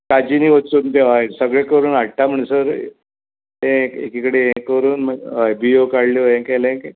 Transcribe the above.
काजींनी वचून बी हय तें सगळें करून हाडटा म्हणसर तें कितें तें ये करून हय बियो काडल्यो हें केलें की